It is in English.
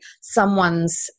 someone's